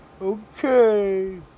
Okay